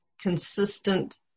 consistent